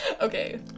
Okay